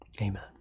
Amen